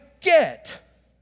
get